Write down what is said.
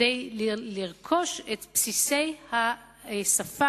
כדי לרכוש את בסיסי השפה,